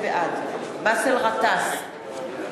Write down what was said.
בעד באסל גטאס,